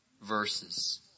verses